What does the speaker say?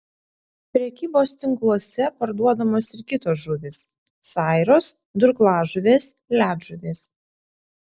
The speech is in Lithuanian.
prekybos tinkluose parduodamos ir kitos žuvys sairos durklažuvės ledžuvės